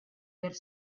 per